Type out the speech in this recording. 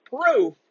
proof